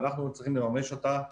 ואנחנו צריכים לממש אותה,